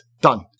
Done